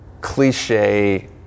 cliche